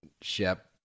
Shep